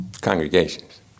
congregations